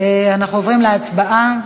הוא רצה להצביע.